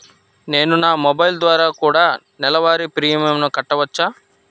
నేను నా మొబైల్ ద్వారా కూడ నెల వారి ప్రీమియంను కట్టావచ్చా?